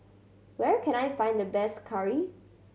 where can I find the best curry